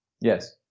Yes